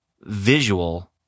visual